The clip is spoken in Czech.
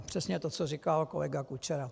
Přesně to, co říkal kolega Kučera.